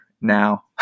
now